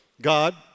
God